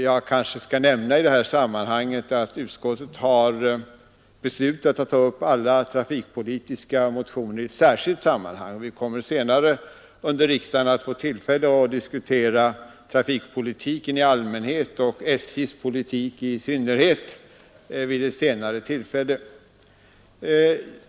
Jag kanske skall nämna i sammanhanget att utskottet har beslutat att ta upp alla trafikpolitiska motioner i ett särskilt sammanhang. Vi kommer senare under riksdagen att få tillfälle att diskutera trafikpolitiken i allmänhet och SJ:s politik i synnerhet.